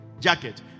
Jacket